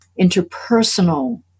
interpersonal